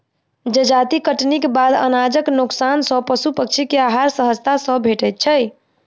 जजाति कटनीक बाद अनाजक नोकसान सॅ पशु पक्षी के आहार सहजता सॅ भेटैत छै